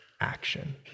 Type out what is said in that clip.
action